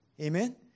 Amen